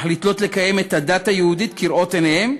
מחליטות לקיים את הדת היהודית כראות עיניהן,